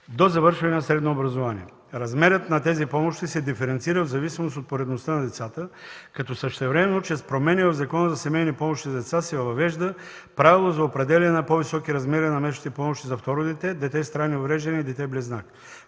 до завършване на средно образование. Размерът на тези помощи се диференцира в зависимост от поредността на децата, като същевременно чрез промени в Закона за семейните помощи за деца се въвежда правило за определяне на по-високи размери на месечните помощи за второ дете, дете с трайни увреждания и дете близнак.